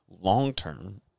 long-term